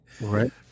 right